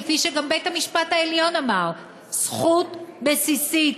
כפי שגם בית-המשפט העליון אמר: זכות בסיסית